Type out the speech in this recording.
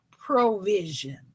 provision